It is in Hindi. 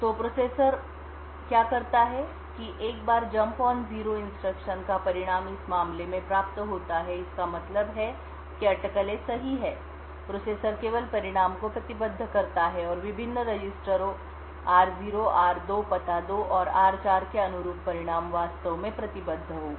तो प्रोसेसर क्या करता है कि एक बार जंप ऑन जीरो इंस्ट्रक्शन का परिणाम इस मामले में प्राप्त होता है इसका मतलब है कि अटकलें सही हैं प्रोसेसर केवल परिणाम को प्रतिबद्ध करता है और विभिन्न रजिस्टरों r0 r2 पता 2 और r4 के अनुरूप परिणाम वास्तव में प्रतिबद्ध होगा